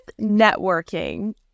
networking